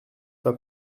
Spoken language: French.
pas